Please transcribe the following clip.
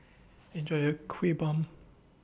Enjoy your Kuih Bom